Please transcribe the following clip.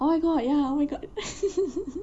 oh my god ya oh my god